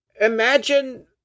imagine